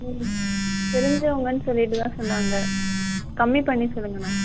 ம் தெரிஞ்சவங்கன்னு சொல்லிட்டு தான் சொன்னாங்கள் கம்மி பண்ணி சொல்லுங்கண்ணா